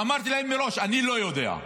ואמרתי להם מראש: אני לא יודע.